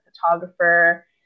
photographer